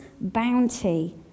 bounty